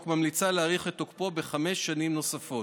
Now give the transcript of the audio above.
ממליצה להאריך את תוקפו בחמש שנים נוספות.